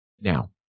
Now